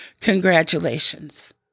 Congratulations